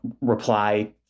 reply